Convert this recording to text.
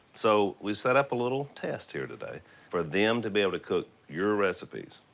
so we set up a little test here today for them to be able to cook your recipes.